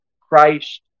Christ